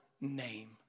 name